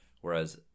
Whereas